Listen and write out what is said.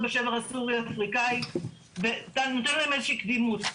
בשבר הסורי אפריקאי ונותן להן איזה שהיא קדימות.